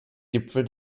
gipfel